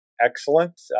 excellent